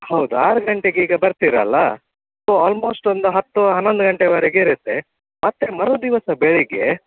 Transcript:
ಹೌದು ಆರು ಗಂಟೆಗೆ ಈಗ ಬರ್ತೀರಲ್ವಾ ಸೊ ಆಲ್ಮೋಸ್ಟ್ ಒಂದು ಹತ್ತು ಹನ್ನೊಂದು ಗಂಟೆವರೆಗೆ ಇರುತ್ತೆ ಮತ್ತು ಮರುದಿವಸ ಬೆಳಿಗ್ಗೆ